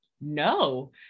no